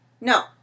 No